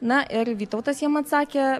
na ir vytautas jiem atsakė